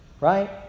Right